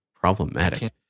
Problematic